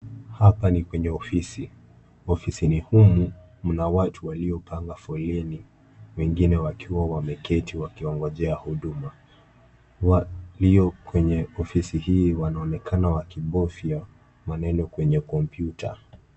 Hapa ni kwenye ofisi. Ofisini humu, mna watu waliopanga foleni. Wengine wakiwa wameketi wakingojea huduma. Watu walio kwenye ofisi hii wanaonekana wakibofya maneno kwenye kompyuta.